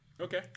Okay